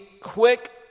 quick